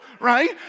right